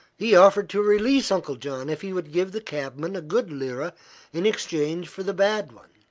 he offered to release uncle john if he would give the cabman a good lira in exchange for the bad one.